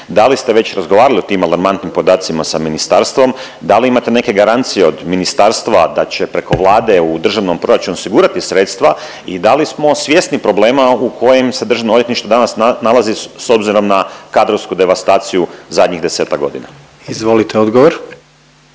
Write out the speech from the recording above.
da li ste već razgovarali o tim alarmantnim podacima sa ministarstvom, da li imate neke garancije od ministarstva da će preko Vlade u državnom proračunu osigurati sredstva i da li smo svjesni problema u kojem se državno odvjetništvo danas nalazi s obzirom na kadrovsku devastaciju zadnjih 10-ak godina? **Jandroković,